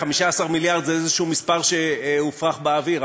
15 מיליארד זה איזה מספר שהופרח באוויר,